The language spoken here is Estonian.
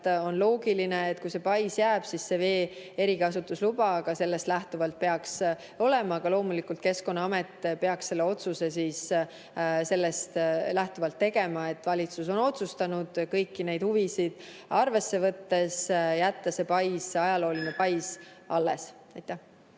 on loogiline, et kui see pais jääb, siis see vee erikasutusluba peaks olema. Loomulikult, Keskkonnaamet peaks selle otsuse sellest lähtuvalt tegema, et valitsus on otsustanud kõiki neid huvisid arvesse võttes jätta see pais, ajalooline pais, alles. Aitäh!